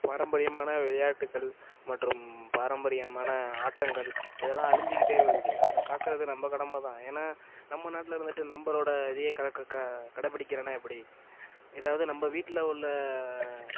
பாரம்பரியமான விளையாட்டுகள் மற்றும் பாரம்பரியமான ஆட்டங்கள் இதெல்லாம் அழிஞ்சுகிட்டே வருது அதை காக்கிறது நம்ம கடமை தான் ஏன்னா நம்ம நாட்டில் இருந்துகிட்டு நம்மளோட இதையே கடைப்பிடிக்கலன்னா எப்படி ஏதாவது நம்ம வீட்டில் உள்ள